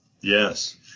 Yes